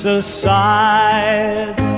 aside